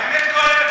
האמת כואבת